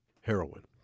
heroin